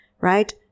right